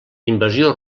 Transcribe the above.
invasió